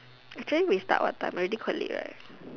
actually we start what time already quite late leh